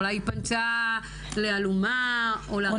אולי היא פנתה לאלומה או לרווחה --- או